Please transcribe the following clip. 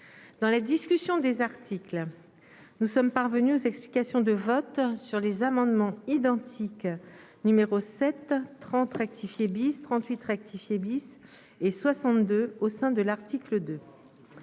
dans la discussion des articles, nous sommes parvenus aux explications de vote sur les amendements identiques numéro 7 30 rectifié bis 38 rectifié bis et 62 au sein de l'article de